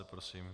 Prosím.